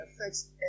affects